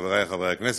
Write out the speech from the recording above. חברי חברי הכנסת.